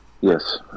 yes